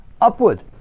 Upward